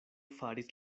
faris